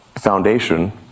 foundation